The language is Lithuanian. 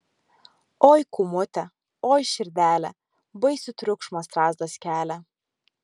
oi kūmute oi širdele baisų triukšmą strazdas kelia